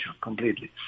completely